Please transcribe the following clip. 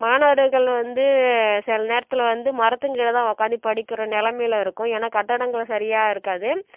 மாணவர்கள் வந்து சில நேரத்தில் வந்து மரத்துக்கும் கீழேதான் ஒக்காந்து படிக்கிற நிலமையில இருக்கோம் ஏன்னால் கட்டிடங்கள் சரியாக இருக்காது